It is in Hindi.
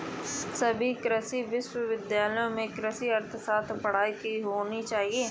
सभी कृषि विश्वविद्यालय में कृषि अर्थशास्त्र की पढ़ाई होनी चाहिए